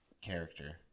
character